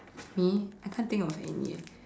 me I can't think of any eh